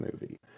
movie